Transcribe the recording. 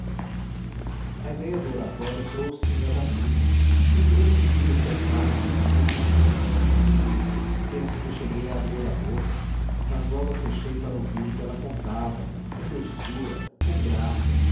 a idéia do oratório trouxe-me a da missa lembrou-me que podia ser tarde e quis dizê-lo penso que cheguei a abrir a boca mas logo a fechei para ouvir o que ela contava com doçura com graça